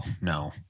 no